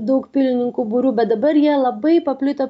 daug pilininkų būrių bet dabar jie labai paplitę